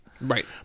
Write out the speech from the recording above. Right